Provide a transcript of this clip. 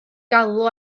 galw